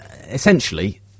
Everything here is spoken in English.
essentially –